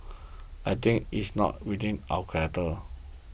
I think it is not within our character